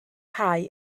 cae